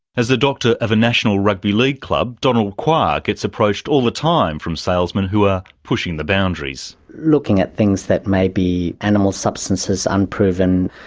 as a doctor of a national rugby league club, donald kuah gets approached all the time from salesmen who are pushing the boundaries. looking at things that may be animal substances, unproven,